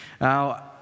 Now